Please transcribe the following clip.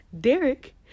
Derek